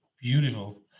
beautiful